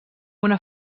una